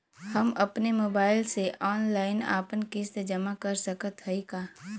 हम अपने मोबाइल से ऑनलाइन आपन किस्त जमा कर सकत हई का?